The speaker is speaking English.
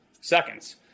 seconds